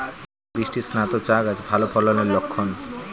বৃষ্টিস্নাত চা গাছ ভালো ফলনের লক্ষন